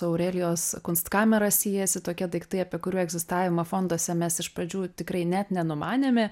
aurelijos kunstkamerą siejasi tokie daiktai apie kurių egzistavimą fonduose mes iš pradžių tikrai net nenumanėme